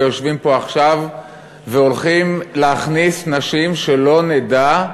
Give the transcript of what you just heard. ויושבים פה עכשיו והולכים להכניס נשים, שלא נדע,